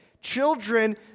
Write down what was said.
Children